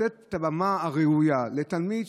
לתת את הבמה הראויה לתלמיד,